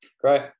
great